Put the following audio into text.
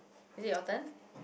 is it your turn